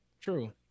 true